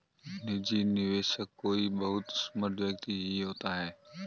निजी निवेशक कोई बहुत समृद्ध व्यक्ति ही होता है